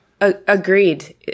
Agreed